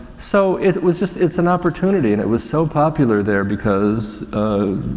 so, it it was just, it's an opportunity and it was so popular there because, ah,